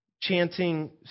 chanting